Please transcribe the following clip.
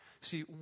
See